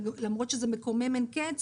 למרות שזה מקומם אין קץ,